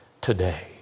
today